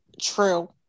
True